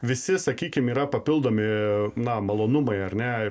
visi sakykim yra papildomi na malonumai ar ne